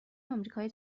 آمریکایی